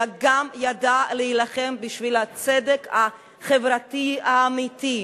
אלא גם ידע להילחם בשביל הצדק החברתי האמיתי,